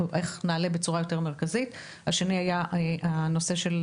הנקודה השלישית הייתה הנושא של